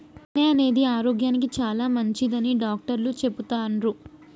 తేనె అనేది ఆరోగ్యానికి చాలా మంచిదని డాక్టర్లు చెపుతాన్రు